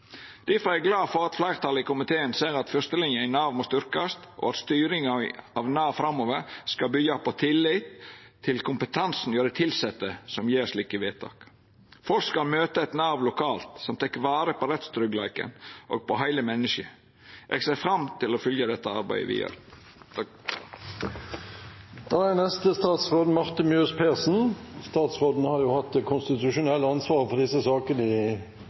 Difor er eg glad for at fleirtalet i komiteen seier at fyrstelinja i Nav må styrkjast, og at styringa av Nav framover skal byggja på tillit til kompetansen hjå dei tilsette som gjer slike vedtak. Folk skal møta eit Nav lokalt som tek vare på rettstryggleiken og på heile mennesket. Eg ser fram til å fylgja dette arbeidet vidare. Da er neste taler statsråd Marte Mjøs Persen. Statsråden har hatt den konstitusjonelle ansvaret for disse sakene